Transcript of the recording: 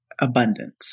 abundance